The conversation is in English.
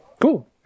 Cool